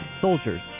soldiers